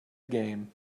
game